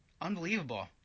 Unbelievable